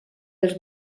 els